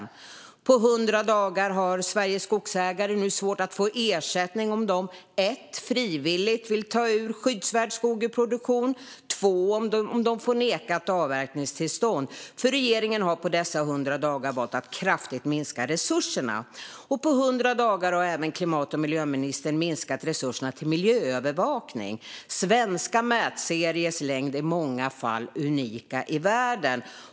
Efter 100 dagar har Sveriges skogsägare nu svårt att få ersättning om de frivilligt vill ta skyddsvärd skog ur produktion eller om de nekas avverkningstillstånd, för regeringen har under dessa 100 dagar valt att kraftigt minska resurserna. Efter 100 dagar har klimat och miljöministern även minskat resurserna till miljöövervakning. Svenska mätseriers längd är i många fall unik i världen.